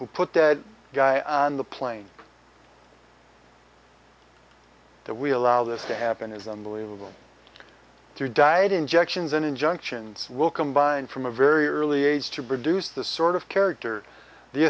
who put that guy on the plane that we allow this to happen is unbelievable through diet injections and injunctions will combine from a very early age to bring deuce the sort of character the